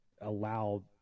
allow